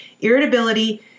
irritability